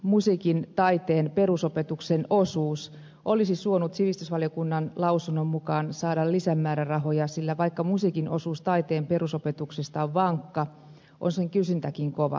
musiikin taiteen perusopetuksen osuuden olisi suonut sivistysvaliokunnan lausunnon mukaan saada lisämäärärahoja sillä vaikka musiikin osuus taiteen perusopetuksesta on vankka on sen kysyntäkin kova